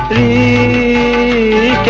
a